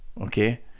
okay